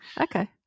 Okay